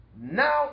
Now